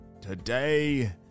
today